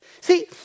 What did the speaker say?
See